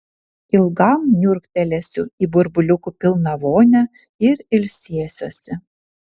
ilgam niurktelėsiu į burbuliukų pilną vonią ir ilsėsiuosi